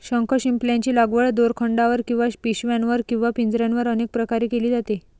शंखशिंपल्यांची लागवड दोरखंडावर किंवा पिशव्यांवर किंवा पिंजऱ्यांवर अनेक प्रकारे केली जाते